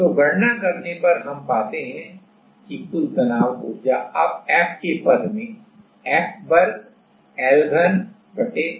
तो गणना करने पर हम पाते हैं कि कुल तनाव ऊर्जा अब F के पद में F वर्ग L घन 24YI है